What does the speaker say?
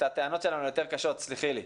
הטענות שלנו ליותר קשות, תסלחי לי.